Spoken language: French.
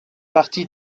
partie